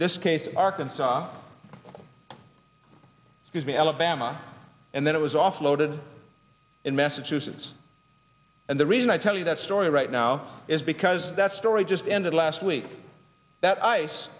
this case arkansas was the alabama and then it was offloaded in massachusetts and the reason i tell you that story right now is because that story just ended last week that ice